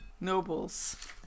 Nobles